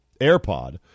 AirPod